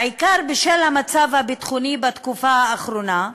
בעיקר בשל המצב הביטחוני בתקופה האחרונה,